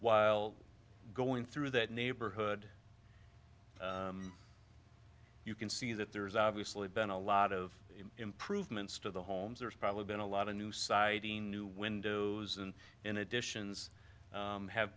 while going through that neighborhood you can see that there's obviously been a lot of improvements to the homes there's probably been a lot of new siding new windows and in additions have